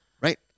Right